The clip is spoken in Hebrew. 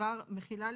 כבר אומרת